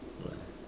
good ah